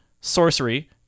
sorcery